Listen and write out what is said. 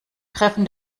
treffen